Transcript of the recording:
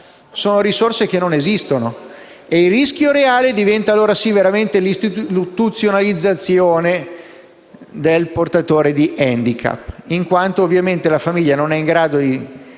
risorse non esistono. Il rischio reale diventa allora veramente l'istituzionalizzazione del portatore di *handicap,* in quanto la famiglia non è in grado di